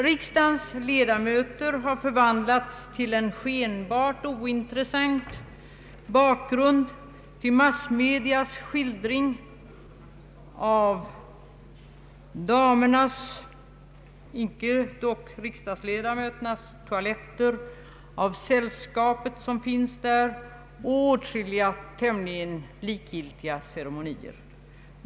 Riksdagens ledamöter har förvandlats till en skenbart ointressant bakgrund till massmedias skildring av damernas — dock icke de kvinnliga riksdagsledamöternas — toaletter, av sällskapet som finns där och åtskilliga tämligen likgiltiga ceremonier.